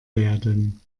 werden